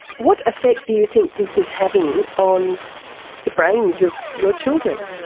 what effect do you think this is having on the brains of your children?